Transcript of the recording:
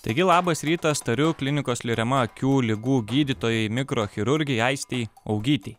taigi labas rytas tariu klinikos lirema akių ligų gydytojai mikrochirurgei aistei augytei